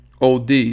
OD